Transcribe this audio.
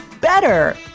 better